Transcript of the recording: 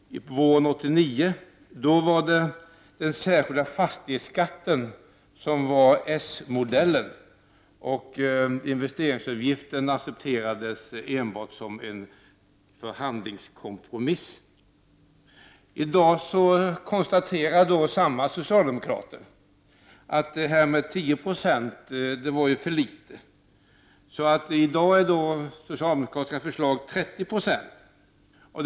Våren 1989 var det den särskilda fastig hetsskatten som var s-modellen. Investeringsavgiften accepterades enbart som en förhandlingskompromiss. I dag konstaterar samma socialdemokrater att 10 96 var för litet. I dag är det socialdemokratiska förslaget därför 30 96.